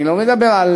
אני לא מדבר על